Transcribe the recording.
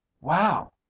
wow